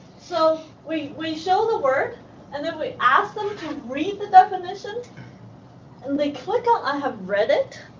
so we we show the work and then we ask them to read the definition and they click on i have read it.